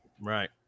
right